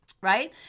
Right